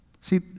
See